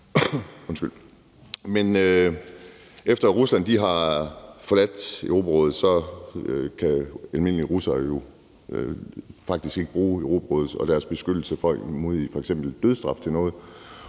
verdenskrig. Efter at Rusland har forladt Europarådet, kan almindelige russere jo faktisk ikke bruge Europarådet og dets beskyttelse mod f.eks. dødsstraf til noget,